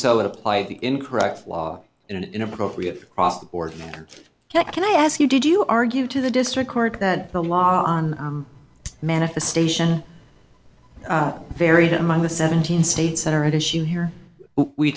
so it applied the incorrect flaw in an inappropriate cross the board can i ask you did you argue to the district court that the law on manifestation varied among the seventeen states that are at issue here we